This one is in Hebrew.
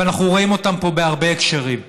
אבל אנחנו רואים אותם בהרבה הקשרים.